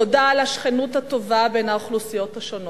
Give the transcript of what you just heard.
תודה על השכנות הטובה בין האוכלוסיות השונות.